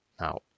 Now